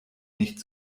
nicht